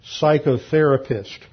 psychotherapist